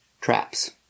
traps